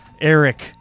Eric